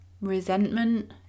Resentment